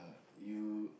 you